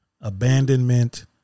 abandonment